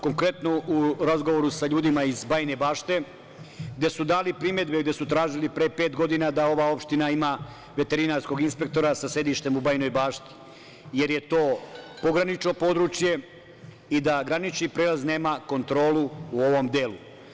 Konkretno, u razgovoru sa ljudima iz Bajine Bašte, gde su dali primedbe, gde su tražili pre pet godina da ova opština ima veterinarskog inspektora sa sedištem u Bajinoj Bašti, jer je to pogranično područje i da granični prelaz nema kontrolu u ovom delu.